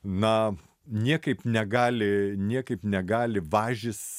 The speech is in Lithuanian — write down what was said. na niekaip negali niekaip negali važis